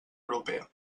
europea